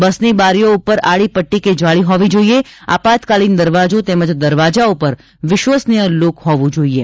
બસની બારીઓ પર આડી પટ્ટી કે જાળી હોવી જોઈએ આપાતકાલીન દરવાજો તેમજ દરવાજા પર વિશ્વનીય લોક હોવું જોઈએ